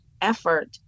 effort